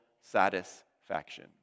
satisfaction